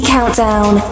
Countdown